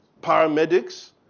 paramedics